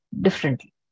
differently